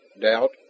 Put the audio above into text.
doubt